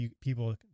people